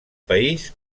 país